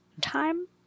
time